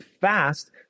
fast